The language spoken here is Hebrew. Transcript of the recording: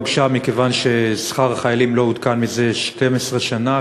הוגשה מכיוון ששכר החיילים לא עודכן זה 12 שנה,